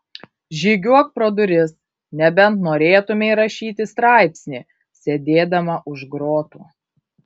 žygiuok pro duris nebent norėtumei rašyti straipsnį sėdėdama už grotų